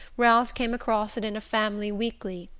ralph came across it in a family weekly,